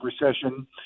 recession